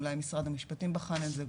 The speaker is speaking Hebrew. אולי משרד המשפטים בחן את זה,